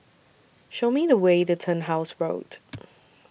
Show Me The Way The Turnhouse Road